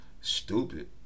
stupid